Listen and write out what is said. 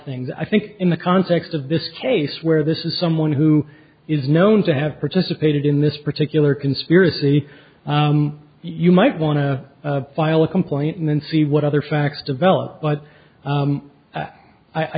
things i think in the context of this case where this is someone who is known to have participated in this particular conspiracy you might want to file a complaint and then see what other facts develop but